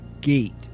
Gate